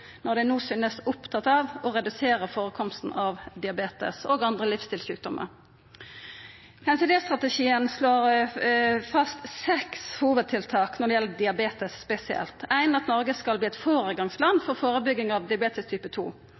opptatt av å redusera førekomsten av diabetes og andre livsstilssjukdommar. NCD-strategien slår fast seks hovudtiltak når det gjeld diabetes spesielt: Noreg skal verta eit føregangsland for førebygging av